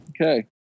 okay